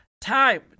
time